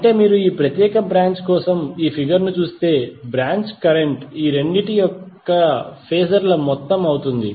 అంటే మీరు ఈ ప్రత్యేక బ్రాంచ్ కోసం ఈ ఫిగర్ ను చూస్తే బ్రాంచ్ కరెంట్ ఈ రెండింటి యొక్క ఫేజర్ ల మొత్తం అవుతుంది